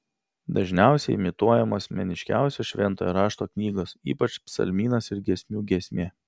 dažniausiai imituojamos meniškiausios šventojo rašto knygos ypač psalmynas ir giesmių giesmė